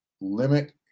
limit